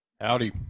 Howdy